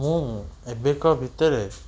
ମୁଁ ଏବେକା ଭିତରେ